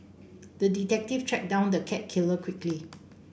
the detective tracked down the cat killer quickly